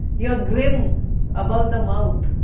you are grim about the mouth.